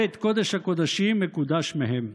בית קודש הקודשים מקודש מהן".